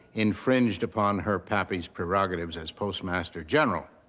infringed upon her pappy's prerogatives as postmaster general.